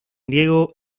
diego